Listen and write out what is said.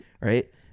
Right